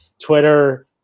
Twitter